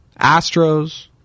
Astros